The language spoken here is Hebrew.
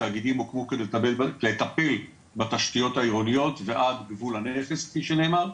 התאגידים הוקמו כדי לטפל בתשתיות העירוניות ועד גבול הנכס כפי שנאמר.